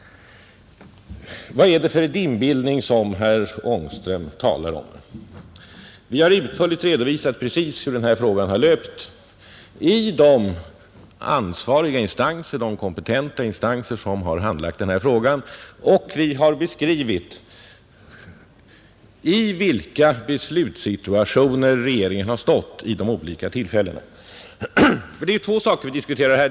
Vad är det för dimbildning som herr Ångström talar om? Vi har utförligt redovisat precis hur den här frågan har löpt i de ansvariga och kompetenta instanser som har handlagt den, och vi har beskrivit i vilka beslutssituationer regeringen har stått vid de olika tillfällena. Det är ju två saker vi diskuterar här.